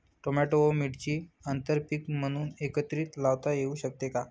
Tomato व मिरची आंतरपीक म्हणून एकत्रित लावता येऊ शकते का?